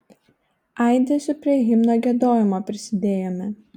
aidesiu prie himno giedojimo prisidėjome